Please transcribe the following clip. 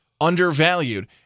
undervalued